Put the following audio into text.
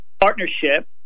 partnership